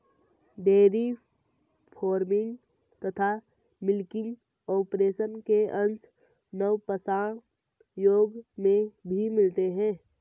dairy farming तथा milking operation के अंश नवपाषाण युग में भी मिलते हैं